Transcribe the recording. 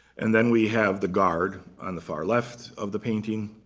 and then we have the guard on the far left of the painting.